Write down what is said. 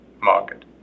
market